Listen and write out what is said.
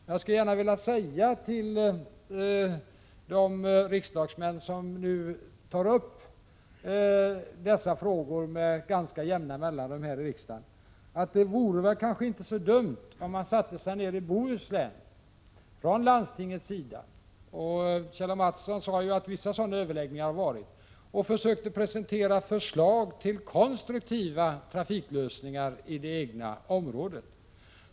Till de riksdagsmän som med jämna mellanrum tar upp dessa frågor i riksdagen skulle jag vilja säga att det kanske inte vore så dumt om man i Bohuslandstinget satte sig ned och försökte presentera förslag till konstruktiva trafiklösningar i det egna området. Kjell A. Mattsson sade ju att vissa sådana överläggningar har ägt rum.